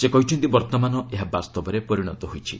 ସେ କହିଛନ୍ତି ବର୍ତ୍ତମାନ ଏହା ବାସ୍ତବରେ ପରିଣତ ହୋଇଛି